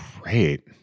Great